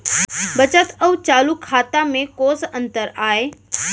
बचत अऊ चालू खाता में कोस अंतर आय?